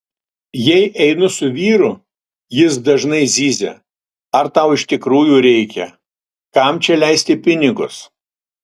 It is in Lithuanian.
jei einu su vyru jis dažnai zyzia ar tau iš tikrųjų reikia kam čia leisti pinigus